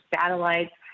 satellites